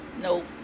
nope